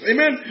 Amen